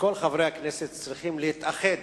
שכל חברי הכנסת צריכים להתאחד,